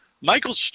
Michael